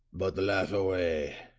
but laugh away.